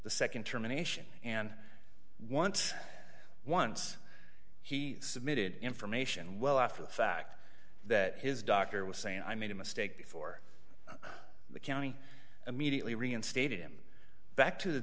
the nd terminations and once once he submitted information well after the fact that his doctor was saying i made a mistake before the county immediately reinstated him back to the